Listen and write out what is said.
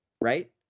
right